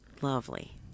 Lovely